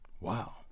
Wow